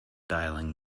dialling